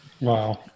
Wow